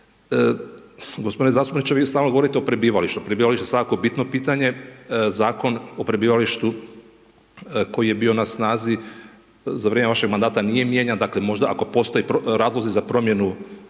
G. zastupniče, vi stalno govorite o prebivalištu, prebivalište je svakako bitno pitanje, Zakon o prebivalištu koji je bio na snazi za vrijeme vašeg mandata nije mijenjan, dakle ako možda ako postoje razlozi za promjenu,